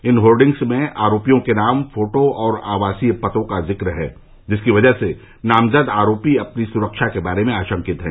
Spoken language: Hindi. इन होर्डिंग्स में आरोपियों के नाम फोटो और आवासीय पतों का ज़िक्र है जिसकी वजह से नामज़द आरोपी अपनी सुरक्षा के बारे में आशंकित हैं